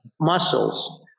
muscles